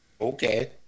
Okay